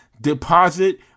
deposit